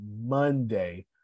Monday